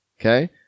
Okay